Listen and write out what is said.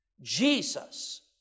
Jesus